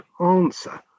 answer